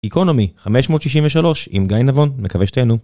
איקונומי 563 עם גיא נבון מקווה שתהנו